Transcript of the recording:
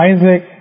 Isaac